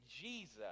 Jesus